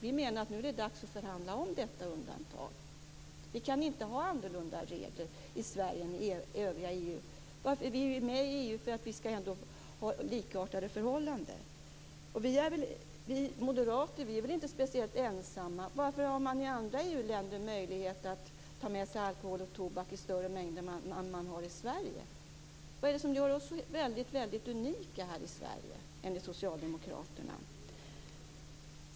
Vi menar att det nu är dags att förhandla om detta undantag. Vi kan inte ha annorlunda regler i Sverige än i övriga EU. Vi är ju med i EU för att vi skall ha likartade förhållanden. Vi moderater är väl inte speciellt ensamma. Varför har man i andra EU-länder möjlighet att ta med sig alkohol och tobak i större mängd än man har i Sverige? Vad är det som gör oss så väldigt unika här i Sverige, enligt socialdemokraterna?